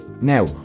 Now